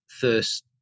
first